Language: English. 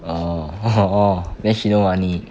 orh orh then she no money